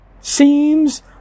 seems